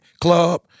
club